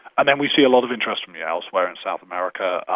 and then we see a lot of interest from yeah elsewhere in south america,